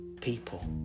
people